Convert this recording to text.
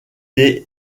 des